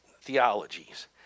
Theologies